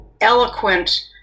eloquent